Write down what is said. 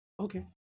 Okay